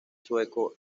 sueco